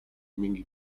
mingi